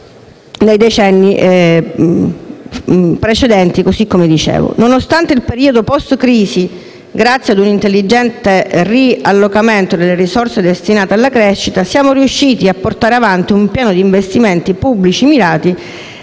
negli anni passati. Nonostante il periodo post-crisi, grazie ad un intelligente ri-allocamento delle risorse destinate alla crescita, siamo riusciti ad portare avanti un piano di investimenti pubblici mirati